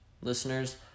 listeners